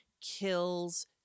kills